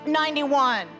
91